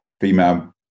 female